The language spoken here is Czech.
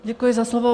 Děkuji za slovo.